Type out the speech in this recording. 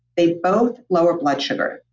they both lower blood sugar,